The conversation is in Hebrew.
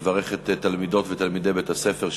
נברך את תלמידות ותלמידי בית-הספר,